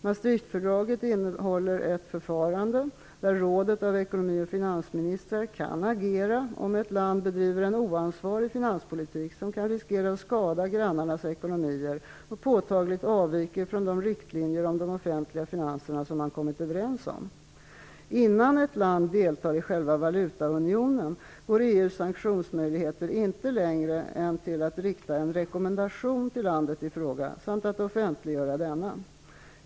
Maastrichtfördraget innehåller ett förfarande där rådet av ekonomi och finansministrar kan agera om ett land bedriver en oansvarig finanspolitik som kan riskera att skada grannarnas ekonomier och påtagligt avviker från de riktlinjer om de offentliga finanserna som man kommit överens om. Innan ett land deltar i själva valutaunionen går EU:s sanktionsmöjligheter inte längre än till att rikta en rekommendation till landet i fråga samt att offentliggöra denna.